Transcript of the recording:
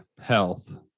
Health